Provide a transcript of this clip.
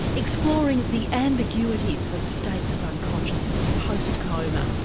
exploring the ambiguities of states of unconsciousness, post coma.